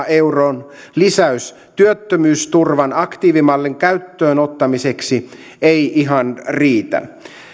euron lisäys työttömyysturvan aktiivimallin käyttöön ottamiseksi ei ihan riitä